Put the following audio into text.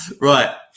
Right